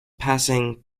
passing